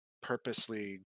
purposely